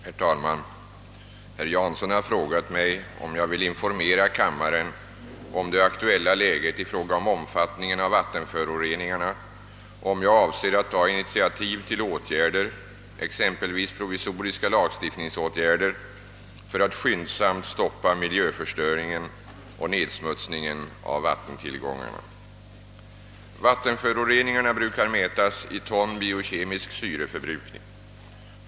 Herr talman! Herr Jansson har frågat mig, om jag vill informera kammaren om det aktuella läget i fråga om omfattningen av vattenföroreningarna och om jag avser att ta initiativ till åtgärder, exempelvis provisoriska lagstiftningsåtgärder, för att skyndsamt stoppa miljöförstöringen och nedsmutsningen 'av vattentillgångarna. Vattenföroreningarna brukar mätas i ton biokemisk syreförbrukning.